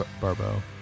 Barbo